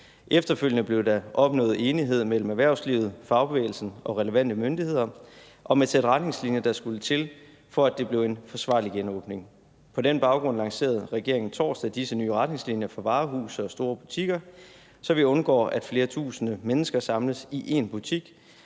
Efterfølgende blev der opnået enighed mellem erhvervslivet, fagbevægelsen og relevante myndigheder om et sæt retningslinjer, der skulle til, for at det blev en forsvarlig genåbning. På den baggrund lancerede regeringen torsdag disse nye retningslinjer for varehuse og store butikker, så vi undgår, at flere tusind mennesker samles i én butik,